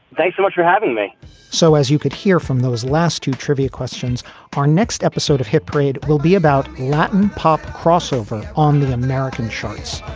thanks so much for having me so as you could hear from those last two trivia questions for our next episode of hit parade will be about latin pop crossover on the american charts.